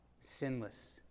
sinless